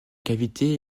cavité